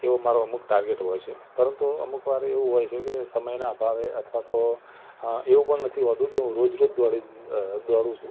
એવો મારો અમુક ટાર્ગેટ હોય છે પરંતુ અમુકવાર એવું હોય છે કે સમયના અભાવે અથવા તો એવું પણ નથી હોતું કે હું રોજરોજ દોડી દોડું છું